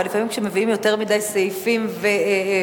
אבל לפעמים כשמביאים יותר מדי סעיפים והתפלפלויות,